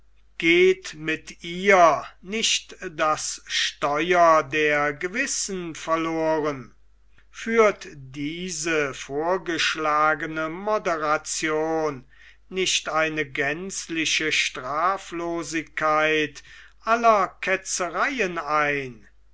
geht mit ihr nicht das steuer der gewissen verloren führt diese vorgeschlagene moderation nicht eine gänzliche straflosigkeit aller ketzereien ein